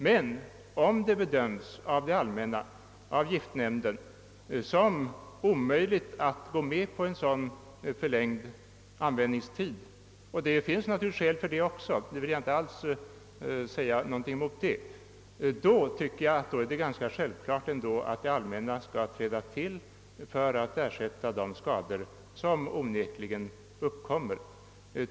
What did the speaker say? Men om det av det allmänna, i detta fall av giftnämnden, bedöms som omöjligt att gå med på en förlängd användningstid — jag vill inte alls bestrida att det fanns skäl för det också — så tycker jag att det är självklart att det allmänna träder emellan och ersätter de skador som uppkommer.